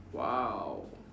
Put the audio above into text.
!wow!